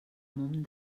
món